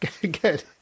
Good